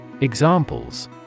Examples